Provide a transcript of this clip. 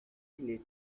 lez